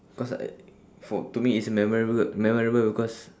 cause I for to me it's memorable memorable because